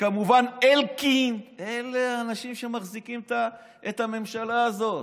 וכמובן אלקין, אלה האנשים שמחזיקים את הממשלה הזאת